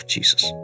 Jesus